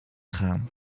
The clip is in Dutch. gaan